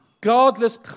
godless